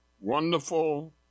wonderful